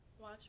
watch